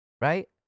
Right